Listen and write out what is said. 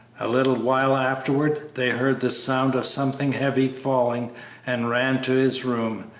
a little while afterwards they heard the sound of something heavy falling and ran to his room,